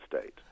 state